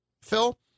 Phil